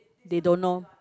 they don't know